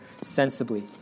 sensibly